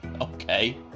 okay